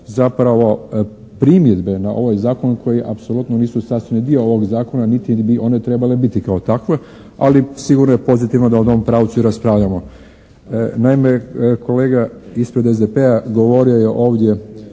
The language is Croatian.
zapravo primjedbe na ovaj zakon koji apsolutno nisu sastavni dio ovog zakona, niti bi one trebale biti kao takve. Ali sigurno je pozitivno da u tom pravcu i raspravljamo. Naime, kolega ispred SDP-a govorio je ovdje,